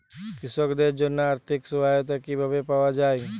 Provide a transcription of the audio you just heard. কৃষকদের জন্য আর্থিক সহায়তা কিভাবে পাওয়া য়ায়?